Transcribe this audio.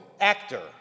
actor